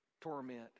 torment